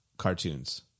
cartoons